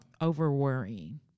over-worrying